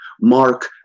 mark